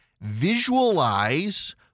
visualize